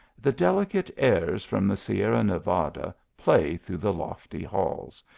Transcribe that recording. the delicate airs from the sierra nevada play through the lofty halls,